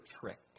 tricked